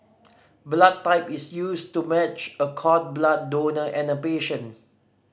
blood type is used to match a cord blood donor and a patient